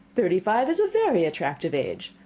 thirty five is a very attractive age.